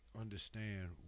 understand